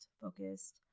focused